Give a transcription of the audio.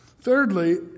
Thirdly